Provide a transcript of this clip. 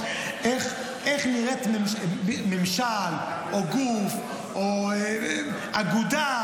איך נראים ממשל או גוף או אגודה,